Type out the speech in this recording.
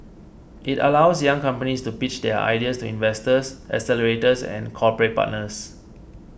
it allows young companies to pitch their ideas to investors accelerators and corporate partners